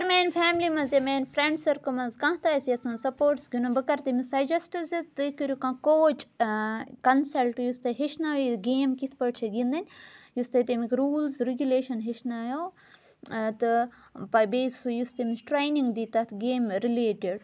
اگر میٛانہِ فیملی منٛز یا میٛانہِ فرٛیٚنٛڈ سٔرکٕل منٛز کانٛہہ تہِ آسہِ یَژھان سَپوٹٕس گِنٛدُن بہٕ کَرٕ تٔمِس سَجَسٹ زِ تُہۍ کٔرِو کانٛہہ کوچ کَنسَلٹ یُس تۄہہِ ہیٚچھنٲیِو یہِ گیم کِتھ پٲٹھۍ چھِ گِنٛدٕنۍ یُس تۄہہِ تمِکۍ روٗلٕز رِگوٗلیشَن ہیٚچھنایَو تہٕ بیٚیہِ سُہ یُس تٔمِس ٹرٛینِنٛگ دِی تَتھ گیمہِ رِلیٹِڈ